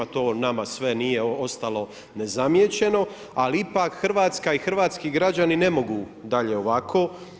To nama sve nije ostalo nezamijećeno, ali ipak Hrvatska i hrvatski građani ne mogu dalje ovako.